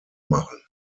machen